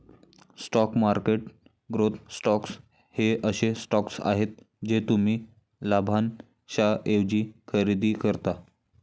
stock market growth stocks हे असे stocks आहेत जे तुम्ही लाभांशाऐवजी खरेदी करता